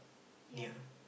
yeah